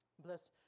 bless